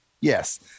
Yes